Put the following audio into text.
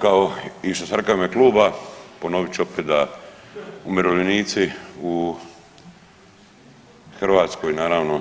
Kao što sam i reka u ime kluba, ponovit ću opet da umirovljenici u Hrvatskoj naravno